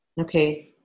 Okay